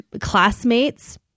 Classmates